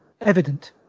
evident